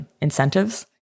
incentives